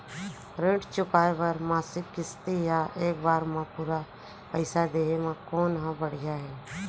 ऋण चुकोय बर मासिक किस्ती या एक बार म पूरा पइसा देहे म कोन ह बढ़िया हे?